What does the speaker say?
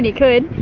and could,